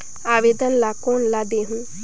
आवेदन ला कोन ला देहुं?